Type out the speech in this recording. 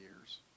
years